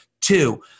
Two